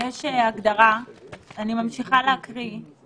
אנחנו המדינה הדמוקרטית היחידה שרוצה להפעיל את שירות הביטחון